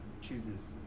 chooses